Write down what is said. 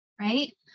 right